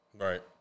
Right